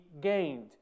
gained